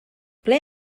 ble